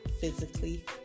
physically